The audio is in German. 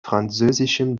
französischen